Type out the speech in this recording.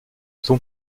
son